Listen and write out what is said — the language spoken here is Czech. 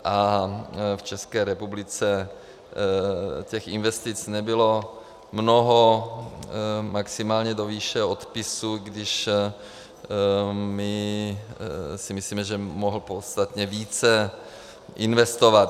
V České republice těch investic nebylo mnoho, maximálně do výše odpisů, když my si myslíme, že mohl podstatně více investovat.